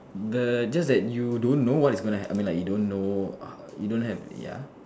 the just that you don't know what is gonna ha~ I mean like you don't know uh you don't have ya